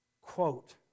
Quote